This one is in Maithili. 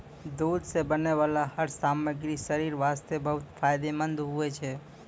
दूध सॅ बनै वाला हर सामग्री शरीर वास्तॅ बहुत फायदेमंंद होय छै